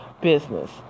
business